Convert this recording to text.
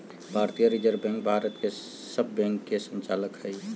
भारतीय reserve bank भारत के सब बैंक के संचालक हइ